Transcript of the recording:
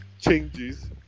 changes